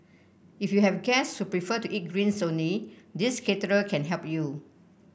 if you have guest who prefer to eat greens only this caterer can help you